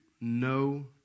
no